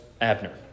Abner